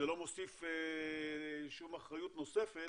זה לא מוסיף שום אחריות נוספת,